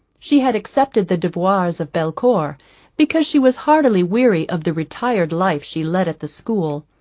she had accepted the devoirs of belcour because she was heartily weary of the retired life she led at the school,